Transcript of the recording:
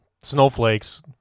snowflakes